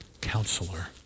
counselor